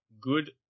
good